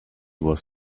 was